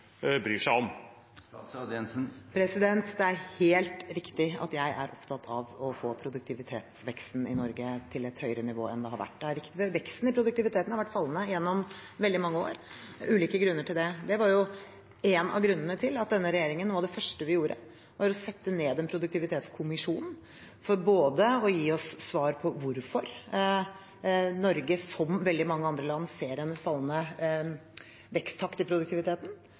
bryr seg om. Det er helt riktig at jeg er opptatt av å få produktivitetsveksten i Norge til et høyere nivå enn det har vært. Veksten i produktiviteten har vært fallende gjennom veldig mange år. Det er ulike grunner til det. Det var en av grunnene til at noe av det første denne regjeringen gjorde, var å sette ned en produktivitetskommisjon for både å gi oss svar på hvorfor Norge – som veldig mange andre land – ser en fallende veksttakt i produktiviteten,